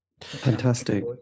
Fantastic